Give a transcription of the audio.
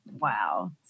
Wow